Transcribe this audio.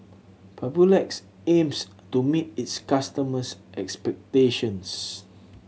papulex aims to meet its customers' expectations